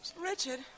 Richard